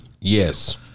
Yes